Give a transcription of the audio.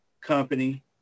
company